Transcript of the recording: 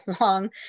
long